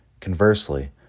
Conversely